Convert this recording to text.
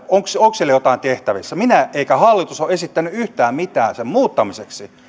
onko perustuslaille jotain tehtävissä minä en ole eikä hallitus ole esittänyt yhtään mitään sen muuttamiseksi